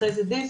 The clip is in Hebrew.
אחרי זה דיסק,